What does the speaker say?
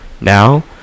now